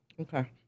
Okay